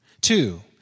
Two